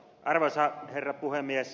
arvoisa herra puhemies